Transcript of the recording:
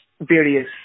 various